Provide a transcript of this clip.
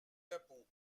d’impôts